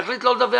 יחליט לא לדווח?